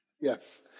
Yes